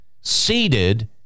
Seated